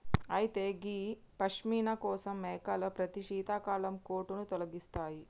అయితే గీ పష్మిన కోసం మేకలు ప్రతి శీతాకాలం కోటును తొలగిస్తాయి